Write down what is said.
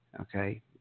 Okay